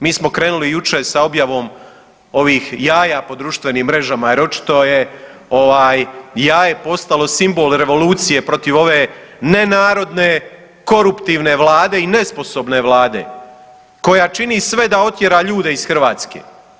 Mi smo krenuli jučer sa objavom ovih jaja po društvenim mrežama jer očito je ovaj jaje postalo simbol revolucije protiv ove nenarodne koruptivne vlade i nesposobne vlade koja čini sve da otjera ljude iz Hrvatske.